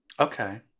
Okay